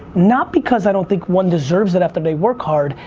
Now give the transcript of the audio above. not because i don't think one deserves it after they work hard,